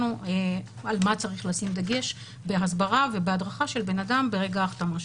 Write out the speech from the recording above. על מה צריך לשים דגש בהסברה ובהדרכה של האדם ברגע ההחתמה שלו.